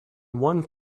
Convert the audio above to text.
one